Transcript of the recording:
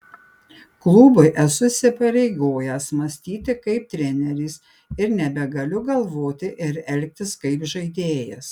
klubui esu įsipareigojęs mąstyti kaip treneris ir nebegaliu galvoti ir elgtis kaip žaidėjas